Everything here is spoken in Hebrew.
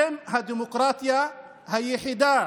אתם הדמוקרטיה היחידה